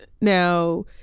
Now